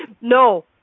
no